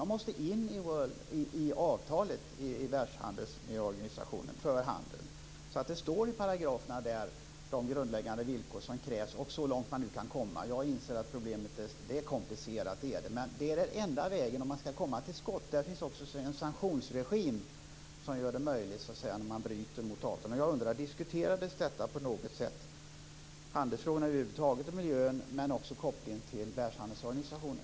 Man måste in i Världshandelsorganisationens avtal för handeln så att de grundläggande villkor som krävs, så långt man nu kan komma, står i paragraferna där. Jag inser att problemet är komplicerat, det är det. Men det är den enda vägen om man ska komma till skott. Där finns också en sanktionsregim som ger möjligheter när någon bryter mot avtal. Men jag undrar: Diskuterades handelsfrågorna och miljön över huvud taget, och diskuterade man också kopplingen till Världshandelsorganisationen?